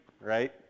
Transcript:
right